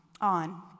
on